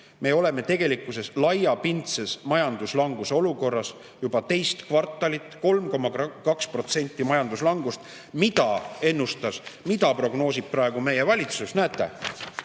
Me oleme tegelikult laiapindses majanduslanguse olukorras juba teist kvartalit – 3,2% majanduslangus. Mida prognoosib praegu meie valitsus? Näete,